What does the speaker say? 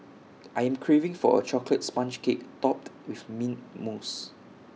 I am craving for A Chocolate Sponge Cake Topped with Mint Mousse